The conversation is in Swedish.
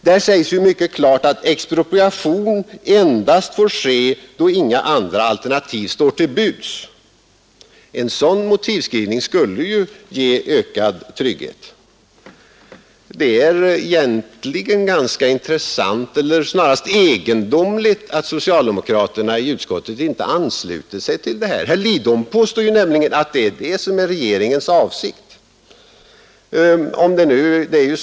Där sägs mycket klart att expropriation får ske endast då inga andra alternativ står till buds. En sådan motivskrivning skulle ge ökad trygghet. Det är egentligen egendomligt att socialdemokraterna i utskottet inte anslutit sig till vår formulering. Herr Lidbom påstår ju att det är regeringens avsikt att expropriation skall tillgripas endast som en sista utväg.